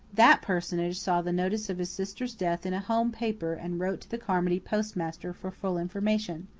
that personage saw the notice of his sister's death in a home paper and wrote to the carmody postmaster for full information.